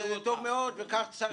טוב מאוד וכך צריך.